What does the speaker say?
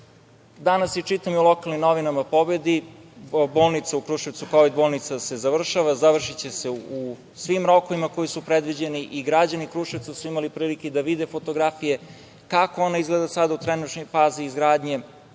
čitam u lokalnim novinama „Pobedi“, ova bolnica u Kruševcu, kovid bolnica se završava. Završiće se u svim rokovima koji su predviđeni i građani Kruševca su imali prilike da vide fotografije kako ona izgleda sada u trenutnoj fazi izgradnje.